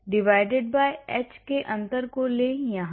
तो divided by h अंतर को लें यहां